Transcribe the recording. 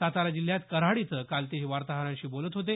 सातारा जिल्ह्यात कऱ्हाड इथं काल ते वार्ताहरांशी बोलत होते